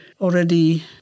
already